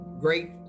great